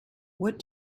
what